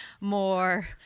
more